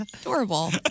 Adorable